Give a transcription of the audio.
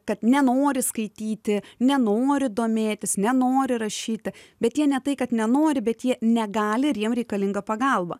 kad nenori skaityti nenori domėtis nenori rašyti bet jie ne tai kad nenori bet jie negali ir jiem reikalinga pagalba